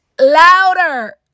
louder